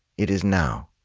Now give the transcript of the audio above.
it is now.